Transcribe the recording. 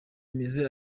imeze